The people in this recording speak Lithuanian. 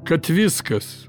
kad viskas